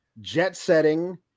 jet-setting